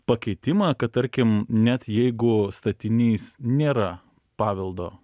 pakeitimą kad tarkim net jeigu statinys nėra paveldo